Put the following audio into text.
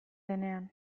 denean